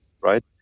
right